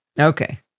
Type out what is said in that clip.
Okay